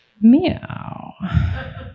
Meow